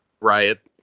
Riot